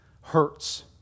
hurts